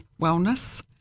wellness